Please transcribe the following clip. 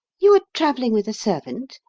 you are travelling with a servant?